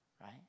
right